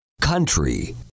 Country